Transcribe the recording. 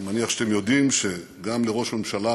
אני מניח שאתם יודעים שגם לראש ממשלה